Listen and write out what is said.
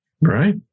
Right